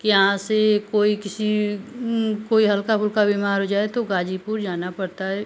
यहाँ से कोई किसी कोई हल्का फुल्का बीमार हो जाए तो गाजीपुर जाना पड़ता है